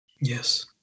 yes